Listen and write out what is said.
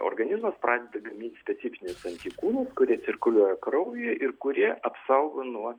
organizmas pradeda gamint specifinius antikūnus kurie cirkuliuoja kraujyje ir kurie apsaugo nuo